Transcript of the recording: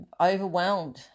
overwhelmed